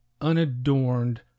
unadorned